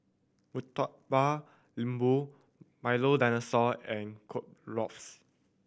Murtabak Lembu Milo Dinosaur and Kueh Lapis